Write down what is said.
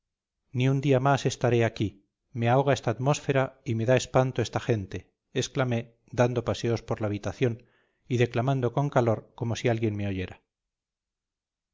ni un día más estaré aquí me ahoga esta atmósfera y me da espanto esta gente exclamé dando paseos por la habitación y declamando con calor como si alguien me oyera